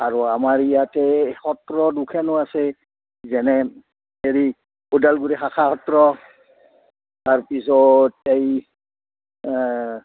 আৰু আমাৰ ইয়াতে সত্ৰ দুখনো আছে যেনে হেৰি ওদালগুৰি শাখা সত্ৰ তাৰপিছত এই